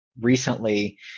recently